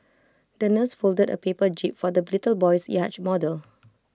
the nurse folded A paper jib for the little boy's yacht model